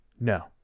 no